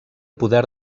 poder